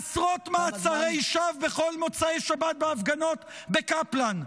עשרות מעצרי שווא בכל מוצאי שבת בהפגנות בקפלן,